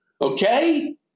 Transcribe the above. Okay